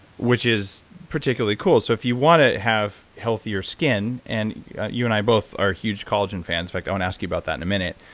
which is particularly cool. so if you want to have healthier skin. and you and i both are huge collagen fans. but i will ask you about that in a minute.